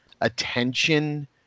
attention